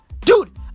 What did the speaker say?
Dude